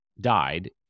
died